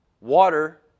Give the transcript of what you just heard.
Water